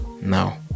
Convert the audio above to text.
now